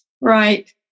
Right